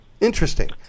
Interesting